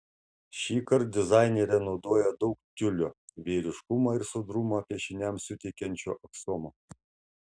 šįkart dizainerė naudoja daug tiulio bei ryškumą ir sodrumą piešiniams suteikiančio aksomo